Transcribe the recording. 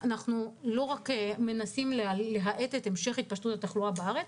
אנחנו מנסים להאט את המשך התפשטות התחלואה בארץ,